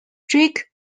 drake